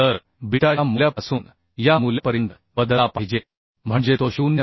तर बीटा या मूल्यापासून या मूल्यापर्यंत बदलला पाहिजे म्हणजे तो 0